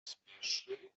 spieszy